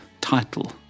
title